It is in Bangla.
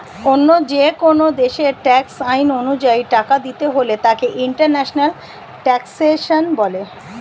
অন্য যেকোন দেশের ট্যাক্স আইন অনুযায়ী টাকা দিতে হলে তাকে ইন্টারন্যাশনাল ট্যাক্সেশন বলে